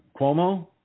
Cuomo